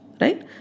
Right